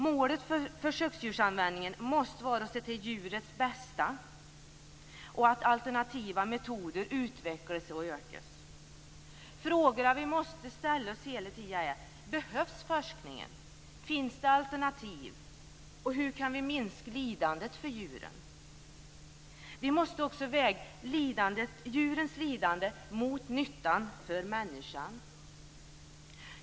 Målet för försöksdjursanvändningen måste vara att se till djurets bästa och att alternativa metoder utvecklas och ökas. Frågorna vi måste ställa oss hela tiden är: Behövs forskningen? Finns det alternativ? Hur kan vi minska lidandet för djuren? Vi måste också väga djurens lidande mot nyttan för människan.